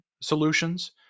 solutions